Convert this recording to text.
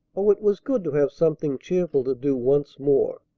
oh, it was good to have something cheerful to do once more.